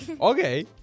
Okay